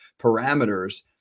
parameters